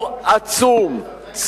מה שמסדר